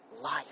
life